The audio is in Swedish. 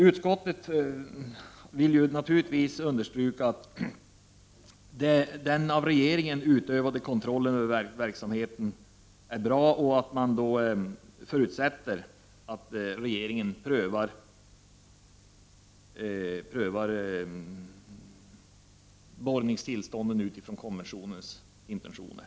Utskottet vill understryka att den av regeringen utövade kontrollen över verksamheten är bra och att man då förutsätter att regeringen prövar borrningstillstånd utifrån konventionens intentioner.